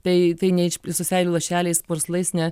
tai tai neišplis su seilių lašeliais purslais ne